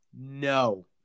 No